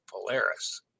Polaris